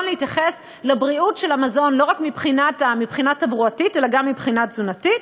להתייחס לבריאות המזון לא רק מבחינה תברואתית אלא גם מבחינה תזונתית.